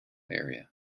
area